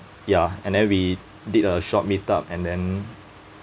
ya and then we did a short meetup and then